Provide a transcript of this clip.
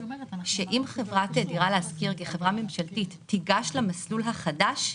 שאם חברת דירה להשכיר כחברה ממשלתית תיגש למסלול החדש,